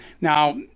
Now